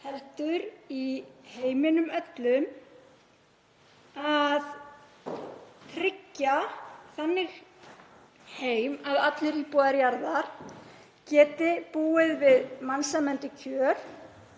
heldur í heiminum öllum, að tryggja þannig heim að allir íbúar jarðar geti búið við mannsæmandi kjör.